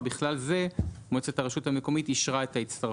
ובכלל זה מועצת הרשות המקומית אישרה את ההצטרפות.